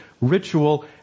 ritual